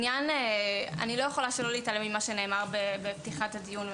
אני לא יכולה להתעלם ממה שנאמר בפתיחת הדיון,